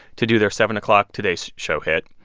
to do their seven o'clock today so show hit.